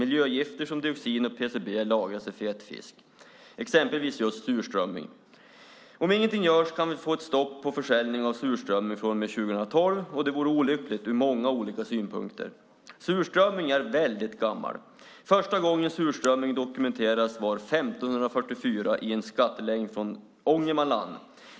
Miljögifter som dioxin och PCB lagras i fet fisk, exempelvis just surströmming. Om ingenting görs kan vi få ett stopp för försäljning av surströmming från och med 2012. Det vore olyckligt ur många synvinklar. Surströmmingstraditionen är väldigt gammal. Första gången surströmming dokumenterades var 1544 i en skattelängd från Ångermanland.